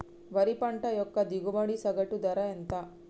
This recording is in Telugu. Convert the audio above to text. వరి పంట యొక్క దిగుబడి సగటు ధర ఎంత?